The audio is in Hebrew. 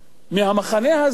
מהמחנה הזה,